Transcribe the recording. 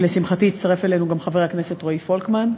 ולשמחתי הצטרף אלינו גם חבר הכנסת רועי פולקמן,